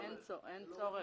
אין צורך.